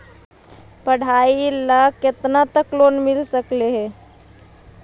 पढाई ल केतना तक लोन मिल सकले हे?